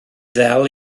ddel